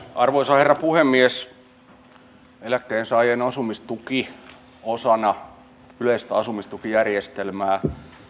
arvoisa herra puhemies eläkkeensaajan asumistuen valmistelu osana yleistä asumistukijärjestelmää